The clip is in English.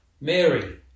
Mary